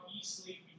easily